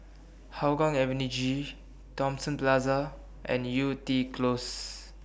Hougang Avenue G Thomson Plaza and Yew Tee Close